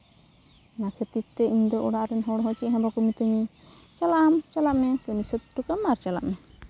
ᱚᱱᱟ ᱠᱷᱟᱹᱛᱤᱨ ᱛᱮ ᱤᱧᱫᱚ ᱚᱲᱟᱜ ᱨᱮᱱ ᱦᱚᱲ ᱦᱚᱸ ᱪᱮᱫ ᱦᱚᱸ ᱵᱟᱠᱚ ᱢᱤᱛᱟᱹᱧᱟ ᱪᱟᱞᱟᱜ ᱟᱢ ᱪᱟᱞᱟᱜ ᱢᱮ ᱠᱟᱹᱢᱤ ᱥᱟᱹᱛ ᱦᱚᱴᱚ ᱠᱟᱜ ᱟᱢ ᱪᱟᱞᱟᱜ ᱢᱮ